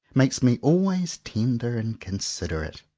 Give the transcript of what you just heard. makes me always ten der and considerate.